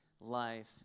life